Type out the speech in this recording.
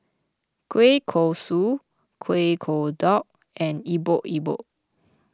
Kueh Kosui Kuih Kodok and Epok Epok